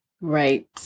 Right